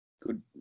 Good